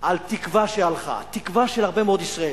על תקווה שהלכה, תקווה של הרבה מאוד ישראלים,